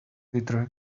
editor